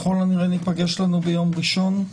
ככל הנראה ניפגש ביום ראשון.